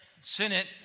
Senate